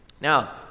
Now